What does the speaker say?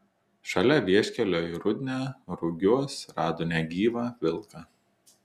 šalia vieškelio į rudnią rugiuos rado negyvą vilką